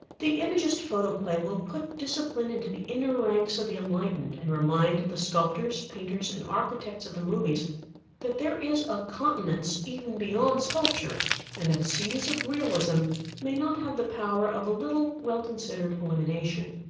the imagist photoplay will put discipline into the inner ranks of the enlightened and remind the sculptors, painters, and architects of the movies that there is a continence even beyond sculpture and that seas of realism may not have the power of a little well-considered elimination.